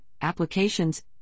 applications